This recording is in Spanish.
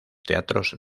teatros